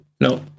No